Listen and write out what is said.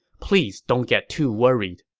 please don't get too worried.